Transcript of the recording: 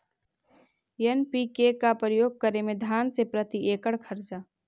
NPK का प्रयोग करे मे धान मे प्रती एकड़ खर्चा?